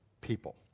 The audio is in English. people